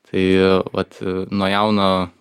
tai vat nuo jauno